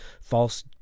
false